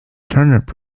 turnip